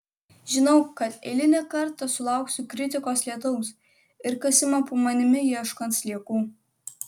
žinau kad eilinį kartą sulauksiu kritikos lietaus ir kasimo po manimi ieškant sliekų